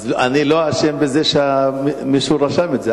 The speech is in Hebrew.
אז אני לא אשם בזה שמישהו רשם את זה,